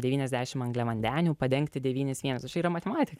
devyniasdešimt angliavandenių padengti devynis vienetus čia yra matematika